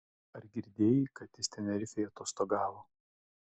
ar girdėjai kad jis tenerifėj atostogavo